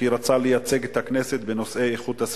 כי הוא רצה לייצג את הכנסת בנושא איכות הסביבה.